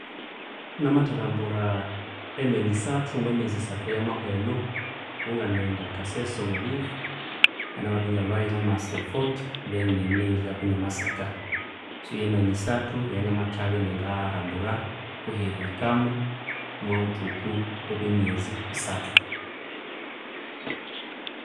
Namatha rambura emyanya isathu omwa miezi isathu eya mahwa eno. Mungana ghenda e kasese omwa leave namabya nga lwayo nga masa e fort then munaghendireko ne masaka. So ye myanya isathu eyangamathabya inga rambura kwehi erihikamo omwa buthuku obwa emiezi isathu.